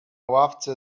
ławce